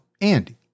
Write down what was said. Andy